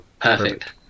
Perfect